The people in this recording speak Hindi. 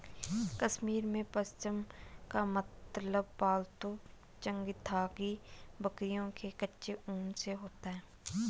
कश्मीर में, पश्म का मतलब पालतू चंगथांगी बकरियों के कच्चे ऊन से होता है